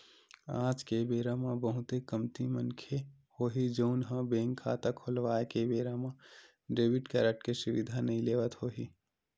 आज के बेरा म बहुते कमती मनखे होही जउन ह बेंक खाता खोलवाए के बेरा म डेबिट कारड के सुबिधा नइ लेवत होही